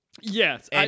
Yes